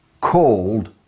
called